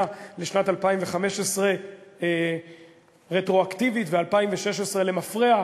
לשנת 2015 רטרואקטיבית ו-2016 למפרע,